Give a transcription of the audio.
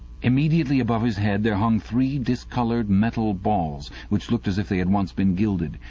immediately above his head there hung three discoloured metal balls which looked as if they had once been gilded.